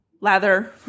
lather